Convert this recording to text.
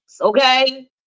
Okay